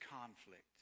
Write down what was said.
conflict